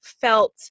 Felt